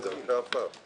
זה דרכי עפר.